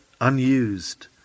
unused